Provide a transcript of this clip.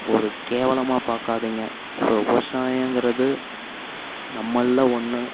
ஒரு கேவலமாக பார்க்காதிங்க ஸோ விவசாயங்கிறது நம்மள்ள ஒன்று